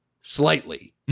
slightly